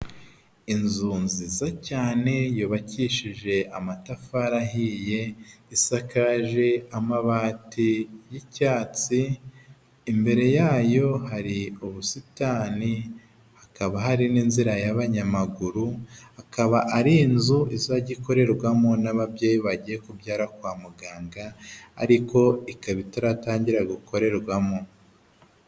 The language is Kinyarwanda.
Inzu nziza cyane yubakishije amatafari ahiye, isakaje amabati y'icyatsi, imbere yayo hari ubusitani, hakaba hari n'inzira y'abanyamaguru akaba ari inzu izajya ikorerwamo n'ababyeyi bagiye kubyara kwa muganga ariko ikaba itaratangira gukorerwamo.